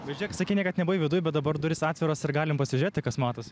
bet žėk sakei niekad nebuvai viduj bet dabar durys atviros ir galim pasižiūrėti kas matosi